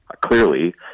clearly